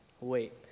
Wait